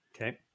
Okay